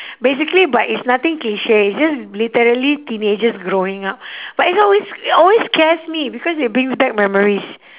basically but it's nothing cliche it's just literally teenagers growing up but it's always always scares me because it brings back memories